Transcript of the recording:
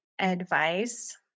advice